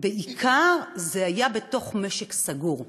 זה בעיקר היה בתוך משק סגור.